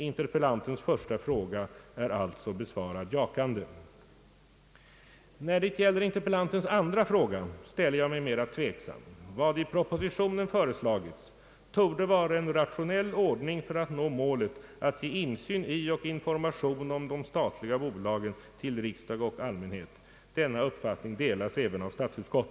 Interpellantens första fråga är alltså besvarad jakande. När det gäller interpellantens andra fråga, ställer jag mig mera tveksam. Vad i propositionen föreslagits torde vara en ralionell ordning för att nå målet att ge insyn i och information om de statliga bolagen till riksdag och allmänhet. Denna uppfattning delas även av statsutskottet.